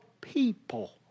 people